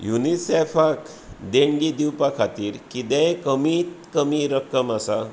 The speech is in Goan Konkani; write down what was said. युनिसेफाक देणगी दिवपा खातीर कितेंय कमीत कमी रक्कम आसा